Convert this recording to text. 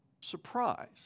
surprise